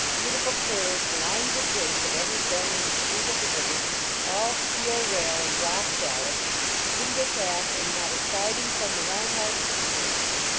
beautiful curves, lines of grace at every bend and sweep of the river all steel rail and rock ballast single track, and not a siding from the round-house to the terminus.